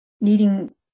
needing